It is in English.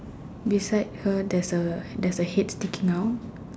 beside her there's a there's a head sticking out